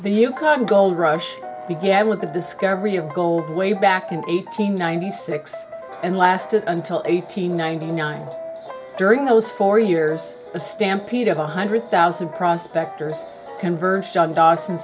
the yukon gold rush began with the discovery of gold way back in eight hundred ninety six and lasted until eight hundred ninety nine during those four years a stampede of one hundred thousand prospectors converged on dawson